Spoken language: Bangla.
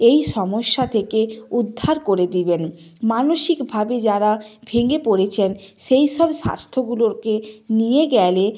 এই সমস্যা থেকে উদ্ধার করে দেবেন মানসিকভাবে যারা ভেঙে পড়েছেন সেই সব স্বাস্থ্যগুলোকে নিয়ে গেলে